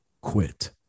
quit